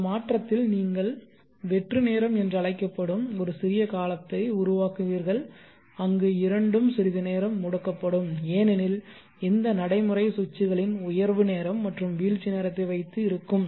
இந்த மாற்றத்தில் நீங்கள் வெற்று நேரம் என்று அழைக்கப்படும் ஒரு சிறிய காலத்தை உருவாக்குவீர்கள் அங்கு இரண்டும் சிறிது நேரம் முடக்கப்படும் ஏனெனில் இந்த நடைமுறை சுவிட்சுகளின் உயர்வு நேரம் மற்றும் வீழ்ச்சி நேரத்தை வைத்து இருக்கும்